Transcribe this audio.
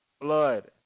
blood